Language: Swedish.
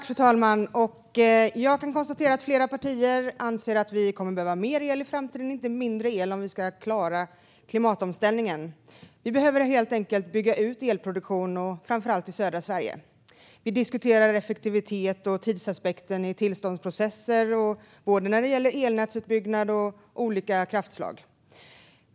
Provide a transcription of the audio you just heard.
Fru talman! Jag kan konstatera att flera partier anser att vi kommer att behöva mer el i framtiden, inte mindre, om vi ska klara klimatomställningen. Vi behöver helt enkelt bygga ut elproduktionen, framför allt i södra Sverige. Vi diskuterar effektivitet och tidsaspekten i tillståndsprocesser, när det gäller både elnätsutbyggnad och olika kraftslag.